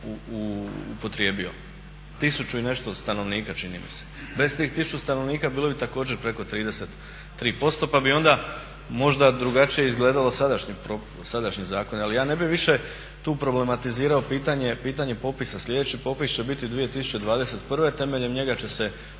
upotrijebio. Tisuću i nešto stanovnika, čini mi se. Bez tih tisuću stanovnika, bilo bi također preko 33% pa bi onda možda drugačije izgledao sadašnji zakon. Ali ja ne bih više tu problematizirao pitanje, pitanje popisa. Sljedeći popis će biti 2021. Temeljem njega će se